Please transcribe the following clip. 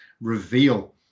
reveal